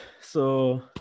So-